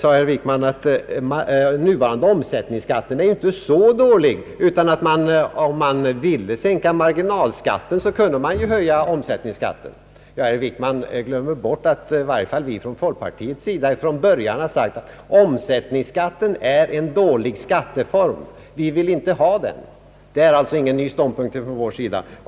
Herr Wickman sade att den nuvarande omsättningsskatten inte är så dålig, utan om man ville sänka marginalskatten så kunde man ju höja omsättningsskatten. Herr Wickman glömmer bort att i varje fall vi i folkpartiet från början har sagt att omsättningsskatten är en dålig skatteform. Vi ville inte ha den. Det är ingen ny ståndpunkt från vår sida.